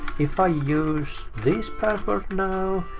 if i use this password now.